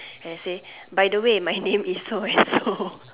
and I say by the way my name is so and so